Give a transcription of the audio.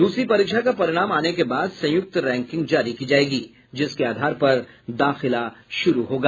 दूसरी परीक्षा का परिणाम आने के बाद संयुक्त रैंकिंग जारी की जायेगी जिसके आधार पर दाखिला शुरू होगा